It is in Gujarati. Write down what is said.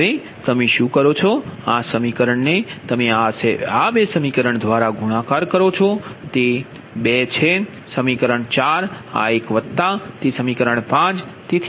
હવે તમે શું કરો છો આ સમીકરણ ને તમે આ બે સમીકરણ દ્વારા ગુણાકાર કરો છો તે 2 છે સમીકરણ 4 આ એક વત્તા તે સમીકરણ 5